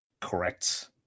correct